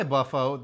Buffo